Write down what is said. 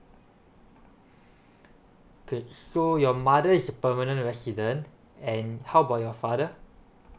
okay so your mother is a permanent resident and how about your father